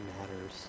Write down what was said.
matters